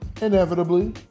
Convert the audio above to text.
inevitably